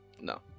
No